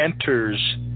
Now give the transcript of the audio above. enters